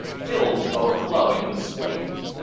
filled to overflowing with slaves.